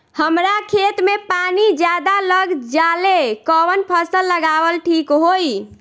हमरा खेत में पानी ज्यादा लग जाले कवन फसल लगावल ठीक होई?